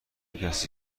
کسی